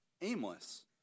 aimless